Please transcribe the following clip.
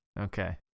Okay